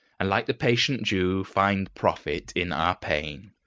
and like the patient jew find profit in our pain.